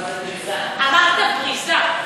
ואמרת "בריזה".